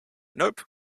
nope